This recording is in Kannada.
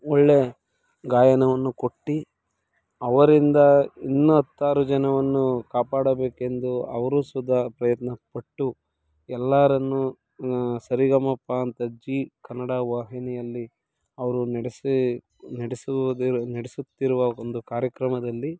ಒಳ್ಳೆಯ ಗಾಯನವನ್ನು ಕೊಟ್ಟು ಅವರಿಂದ ಇನ್ನು ಹತ್ತಾರು ಜನವನ್ನು ಕಾಪಾಡಬೇಕೆಂದು ಅವರು ಸುದಾ ಪ್ರಯತ್ನಪಟ್ಟು ಎಲ್ಲರನ್ನೂ ಸರಿಗಮಪ ಅಂತ ಜೀ ಕನ್ನಡ ವಾಹಿನಿಯಲ್ಲಿ ಅವರು ನಡೆಸಿ ನಡೆಸುತ್ತಿರೊ ನಡೆಸುತ್ತಿರುವ ಒಂದು ಕಾರ್ಯಕ್ರಮದಲ್ಲಿ